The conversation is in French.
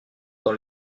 dans